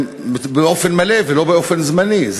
ולא באופן זמני.